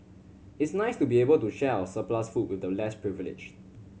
it's nice to be able to share our surplus food with the less privileged